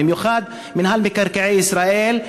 במיוחד מינהל מקרקע ישראל,